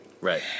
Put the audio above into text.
Right